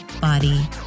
body